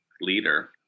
leader